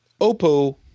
oppo